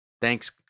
Thanks